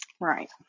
Right